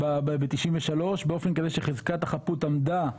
ב- 1993, באופן כזה שחזקת החפות עמדה ,